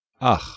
Ach